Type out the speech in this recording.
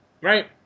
right